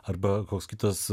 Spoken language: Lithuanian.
arba koks kitas